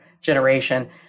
generation